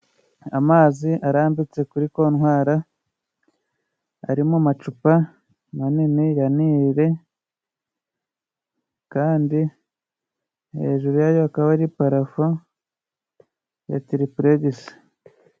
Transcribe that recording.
Amazi arambitse kuri kontwara ari mu macupa manini ya nili kandi hejuru yayo hakaba parafo ya tripregisi.